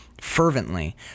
Fervently